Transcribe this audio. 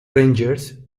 rangers